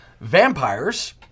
vampires